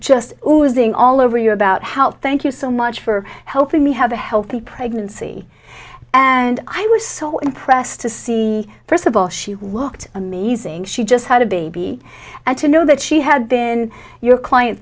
being all over you about how to thank you so much for helping me have a healthy pregnancy and i was so impressed to see first of all she looked amazing she just had a baby and to know that she had been your client